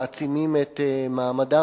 מעצימים את מעמדן,